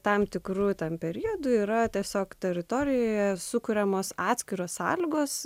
tam tikru tam periodui yra tiesiog teritorijoje sukuriamos atskiros sąlygos